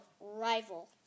Rival